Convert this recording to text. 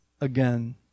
again